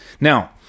Now